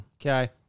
Okay